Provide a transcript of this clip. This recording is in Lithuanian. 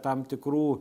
tam tikrų